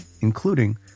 including